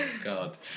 God